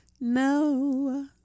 No